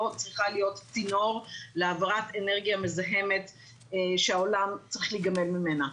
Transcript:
לא צריכה להיות צינור להעברת אנרגיה מזהמת שהעולם צריך להיגמל ממנה.